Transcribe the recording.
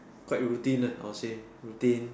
quite routine uh I would say routine